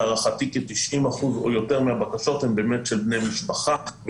לדעתי כ-90% או יותר מהבקשות הן של בני משפחה.